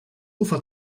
ufer